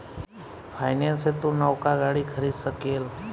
finance से तू नवका गाड़ी खरीद सकेल